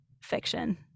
fiction